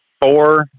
four